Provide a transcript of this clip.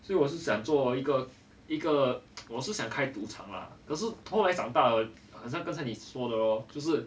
所以我是想做一个一个我是想开赌场啦可是后来长大了很像刚才你说的咯